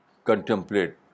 contemplate